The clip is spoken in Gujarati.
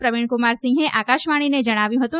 પ્રવિણકુમાર સિંહે આકાશવાણીને જણાવ્યું હતું